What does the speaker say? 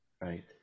Right